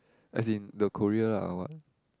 as in the Korea lah or what